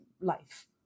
life